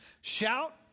Shout